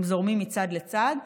הם זורמים מצד לצד.